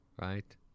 right